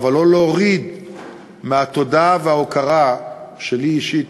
אבל לא להוריד מהתודה וההוקרה שלי יש אישית